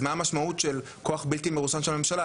אז מה המשמעות של כוח בלתי מרוסן של הממשלה,